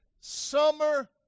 summer